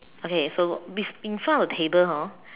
okay so bef~ in front of the table hor